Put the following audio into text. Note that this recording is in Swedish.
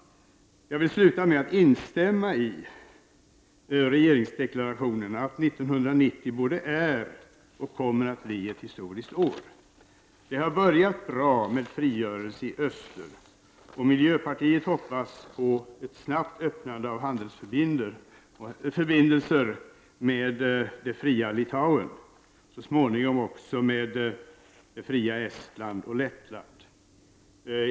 Jag vill sluta mitt anförande med att instämma i regeringsdeklarationens ord att 1990 både är och kommer att bli ett historiskt år. Det har börjat bra med frigörelse i öster, och miljöpartiet hoppas på ett snabbt öppnande av handelsförbindelser med det fria Litauen och så småningom också med det fria Lettland och Estland.